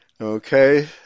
Okay